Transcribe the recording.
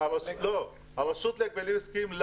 הרשות להגבלים עסקיים,